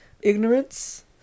ignorance